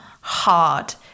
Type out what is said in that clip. hard